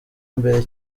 mbere